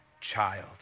child